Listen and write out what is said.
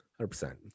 100